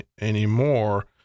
anymore